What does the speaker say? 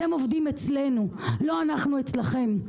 אתם עובדים אצלנו, לא אנחנו אצלכם.